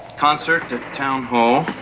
concert at town hall